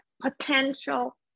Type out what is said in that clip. potential